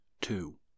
Two